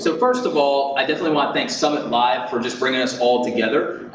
so first of all, i definitely wanna thank summit live for just bringing us all together.